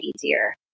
easier